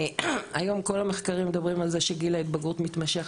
היום כל המחקרים מדברים על זה שגיל ההתבגרות מתמשך